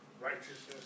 righteousness